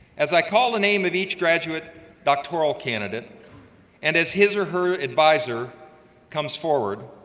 as i call the name of each graduate doctoral candidate and as his or her advisor comes forward,